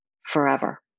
forever